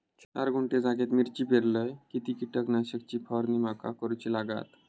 चार गुंठे जागेत मी मिरची पेरलय किती कीटक नाशक ची फवारणी माका करूची लागात?